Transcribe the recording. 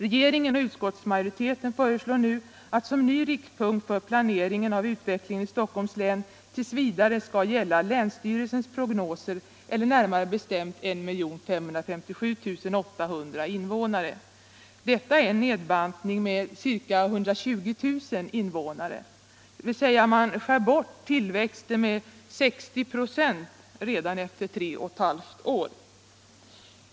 Regeringen och utskottsmajoriteten föreslår nu att som ny riktpunkt för planeringen av utvecklingen i Stockholms län t.v. skall gälla länsstyrelsens prognoser, eller närmare bestämt 1 557 800 invånare. Detta är en nedbantning med ca 120 000 invånare, dvs. man skär bort tillväxten med 60 926 redan efter tre och ett halvt år.